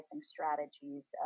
strategies